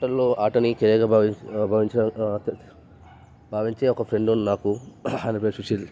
ఆటల్లో ఆటని కెరీర్గా భావించే భావించాగల భావించే ఒక ఫ్రెండ్ ఉన్నాడు నాకు ఆయన పేరు సుశీల్